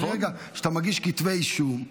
הרי ברגע שאתה מגיש כתבי אישום,